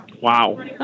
Wow